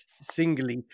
singly